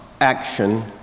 action